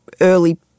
early